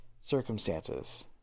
circumstances